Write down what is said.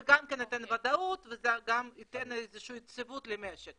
זה גם ייתן ודאות וגם ייתן איזה שהיא יציבות למשק.